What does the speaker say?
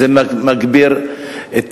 זה מגביר את